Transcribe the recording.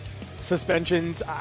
suspensions